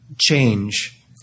change